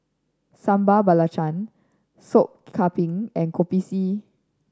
Sambal Belacan Sop Kambing and Kopi C